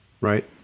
right